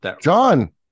John